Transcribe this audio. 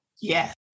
Yes